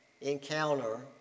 encounter